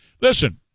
Listen